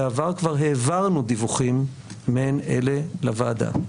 בעבר כבר העברנו דיווחים מעין אלה לוועדה.